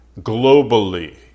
globally